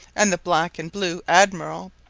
and the black and blue admiral,